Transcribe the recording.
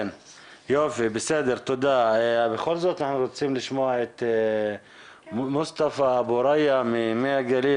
אנחנו רוצים לשמוע את מוסטפא אבו ריא ממי הגליל.